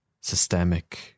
systemic